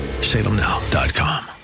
Salemnow.com